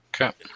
Okay